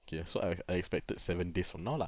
okay so I I expected seven days from now lah